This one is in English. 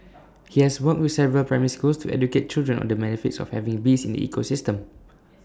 he has worked with several primary schools to educate children on the benefits of having bees in ecosystem